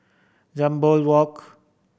Jambol Walk